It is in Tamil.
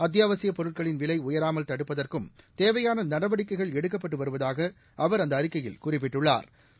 அத்தியாவசியப் பொருட்களின் விலை உயராமல் தடுப்பதற்கும் தேவையான நடவடிக்கைகள் எடுக்கப்பட்டு வருவதாக அவா் அந்த அறிக்கையில் குறிப்பிட்டுள்ளாா்